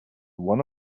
one